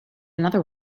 another